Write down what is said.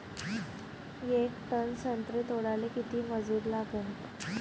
येक टन संत्रे तोडाले किती मजूर लागन?